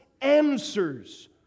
answers